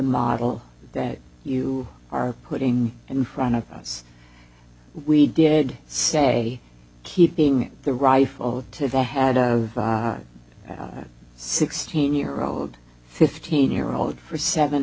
model that you are putting in front of us we did say keeping the rifle to the had a sixteen year old fifteen year old for seven